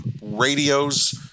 radios